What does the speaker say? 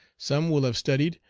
some will have studied,